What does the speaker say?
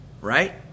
right